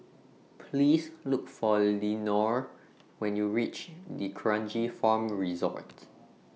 Please Look For Lenore when YOU REACH D'Kranji Farm Resort